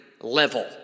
level